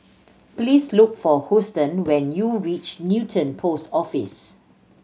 please look for Huston when you reach Newton Post Office